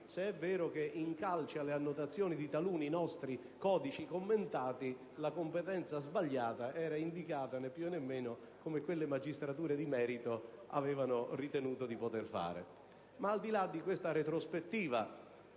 se è vero che in calce alle annotazioni di taluni nostri codici commentati la competenza sbagliata era indicata né più né meno come quelle magistrature di merito avevano ritenuto di poter fare. Ma, al di là di questa retrospettiva,